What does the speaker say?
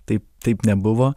taip taip nebuvo